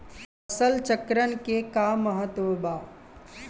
फसल चक्रण क का महत्त्व बा?